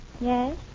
Yes